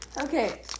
Okay